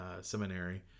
seminary